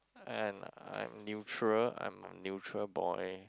and I'm neutral I'm neutral boy